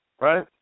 right